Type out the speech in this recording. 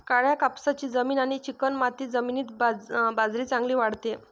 काळ्या कापसाची जमीन आणि चिकणमाती जमिनीत बाजरी चांगली वाढते